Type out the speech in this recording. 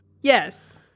Yes